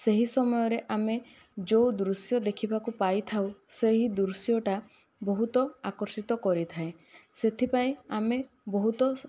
ସେହି ସମୟରେ ଆମେ ଯେଉଁ ଦୃଶ୍ୟ ଦେଖିବାକୁ ପାଇଥାଉ ସେହି ଦୃଶ୍ୟ ଟା ବହୁତ ଆକର୍ଷିତ କରିଥାଏ ସେଥିପାଇଁ ଆମେ ବହୁତ